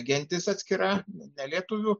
gentis atskira ne lietuvių